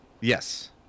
Yes